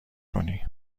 کنی